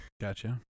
Gotcha